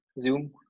zoom